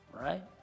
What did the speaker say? right